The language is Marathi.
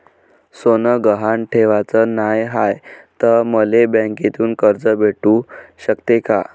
सोनं गहान ठेवाच नाही हाय, त मले बँकेतून कर्ज भेटू शकते का?